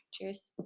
cheers